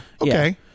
Okay